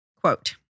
Quote